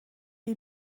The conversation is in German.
die